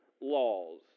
laws